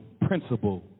principle